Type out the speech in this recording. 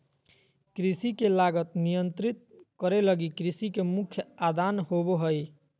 कृषि के लागत नियंत्रित करे लगी कृषि के मुख्य आदान होबो हइ